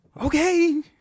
Okay